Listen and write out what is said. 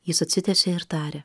jis atsitiesė ir tarė